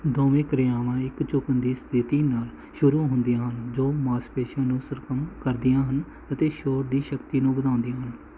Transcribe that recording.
ਦੋਵੇਂ ਕਿਰਿਆਵਾਂ ਇੱਕ ਝੁਕਣ ਦੀ ਸਥਿਤੀ ਨਾਲ ਸ਼ੁਰੂ ਹੁੰਦੀਆਂ ਹਨ ਜੋ ਮਾਸਪੇਸ਼ੀਆਂ ਨੂੰ ਸਰਗਰਮ ਕਰਦੀਆਂ ਹਨ ਅਤੇ ਸ਼ੋਟ ਦੀ ਸ਼ਕਤੀ ਨੂੰ ਵਧਾਉਂਦੀਆਂ ਹਨ